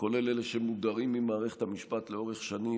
וכולל אלה שמודרים ממערכת המשפט לאורך שנים,